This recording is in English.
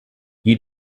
you